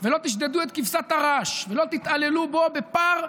ולא תשדדו את כבשת הרש ולא תתעללו בו בפער,